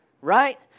right